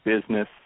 business